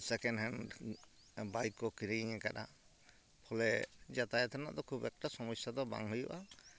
second hand bike ᱠᱚ ᱠᱤᱨᱤᱧ ᱠᱟᱜᱼᱟ ᱯᱷᱚᱞᱮ ᱡᱟᱛᱟᱭᱟᱛ ᱨᱮᱱᱟᱜ ᱫᱚ ᱠᱷᱩᱵᱽ ᱮᱠᱴᱟ ᱥᱚᱢᱚᱥᱥᱟ ᱫᱚ ᱵᱟᱝ ᱦᱩᱭᱩᱜᱼᱟ